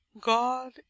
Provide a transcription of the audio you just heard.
god